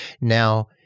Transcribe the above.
Now